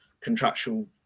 contractual